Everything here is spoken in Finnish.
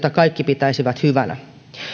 kaikki pitäisivät hyvänä